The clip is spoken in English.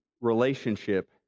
relationship